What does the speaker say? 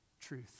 truth